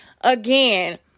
again